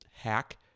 hack